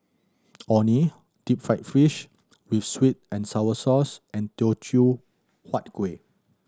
Orh Nee deep fried fish with sweet and sour sauce and Teochew Huat Kueh